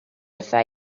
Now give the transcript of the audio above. wrtha